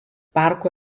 parkų